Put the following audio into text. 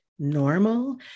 normal